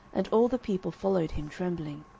and all the people followed him trembling.